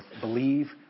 believe